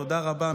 תודה רבה,